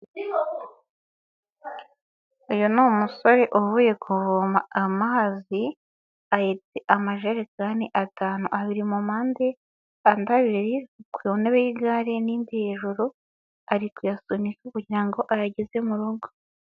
Uyu ni umusore uvuye kuvoma amazi, ahetse amajerekani atanu, abiri mu mpande, andi abiri ku ntebe y'igare n'indi hejuru, ari kuyasunika kugira ngo ayageze mu rugo.